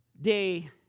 day